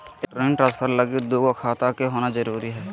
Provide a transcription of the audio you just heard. electronic transfer लगी दू गो खाता के होना जरूरी हय